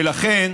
ולכן,